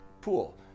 pool